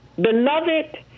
beloved